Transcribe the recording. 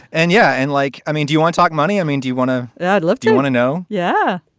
and yeah. and like i mean, do you want talk money? i mean, do you want to yeah live? do you want to know. yeah.